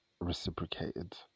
reciprocated